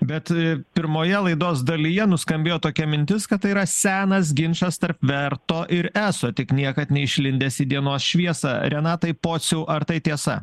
bet pirmoje laidos dalyje nuskambėjo tokia mintis kad tai yra senas ginčas tarp verto ir eso tik niekad neišlindęs į dienos šviesą renatai pociau ar tai tiesa